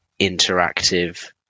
interactive